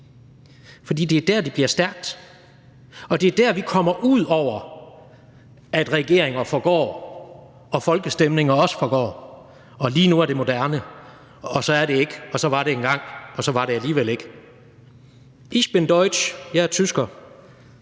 for det er der, det bliver stærkt, og det er der, vi kommer ud over, at regeringen forgår, og at folkestemninger også forgår: Lige nu er noget moderne, så er det ikke, og så var det engang, og så var det alligevel ikke. Ich bin deutsch, jeg er tysker.